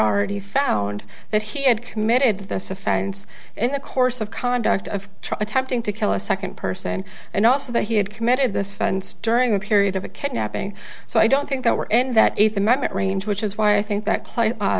already found that he had committed this offense in the course of conduct of trying to tempting to kill a second person and also that he had committed this fence during the period of a kidnapping so i don't think that we're and that eighth amendment range which is why i think that